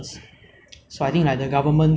I think we talk one more minute then we gau dim